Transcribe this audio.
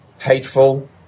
hateful